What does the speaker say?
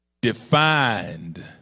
Defined